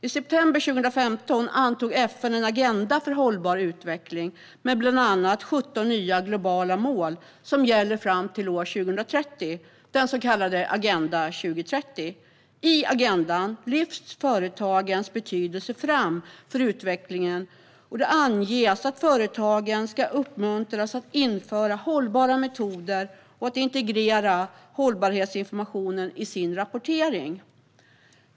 I september 2015 antog FN en agenda för hållbar utveckling med bland annat 17 nya globala mål som gäller fram till år 2030 - den så kallade Agenda 2030. I agendan lyfts företagens betydelse för utvecklingen fram, och det anges att företagen ska uppmuntras att införa hållbara metoder och att integrera hållbarhetsinformation i sin rapportering.